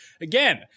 Again